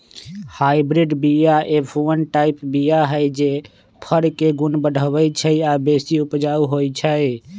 hybrid बीया F one type बीया हई जे फर के गुण बढ़बइ छइ आ बेशी उपजाउ होइ छइ